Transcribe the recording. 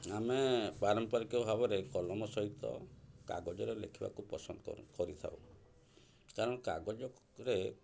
ଆମେ ପାରମ୍ପରିକ ଭାବରେ କଲମ ସହିତ କାଗଜରେ ଲେଖିବାକୁ ପସନ୍ଦ କରୁ କରିଥାଉ କାରଣ କାଗଜରେ